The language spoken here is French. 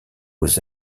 aux